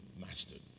mastered